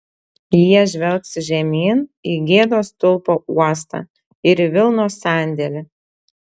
jie žvelgs žemyn į gėdos stulpo uostą ir į vilnos sandėlį